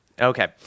Okay